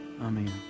Amen